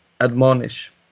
admonish